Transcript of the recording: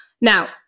Now